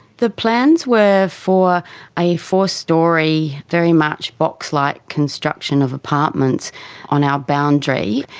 the plans were for a four-storey very much boxlike construction of apartments on our boundary.